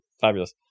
Fabulous